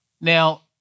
Now